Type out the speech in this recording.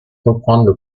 reprendre